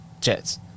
Jets